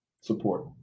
support